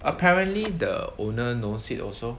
apparently the owner knows it also